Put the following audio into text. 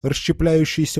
расщепляющийся